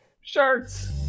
Shirts